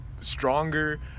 stronger